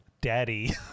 Daddy